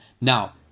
Now